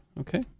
Okay